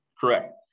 Correct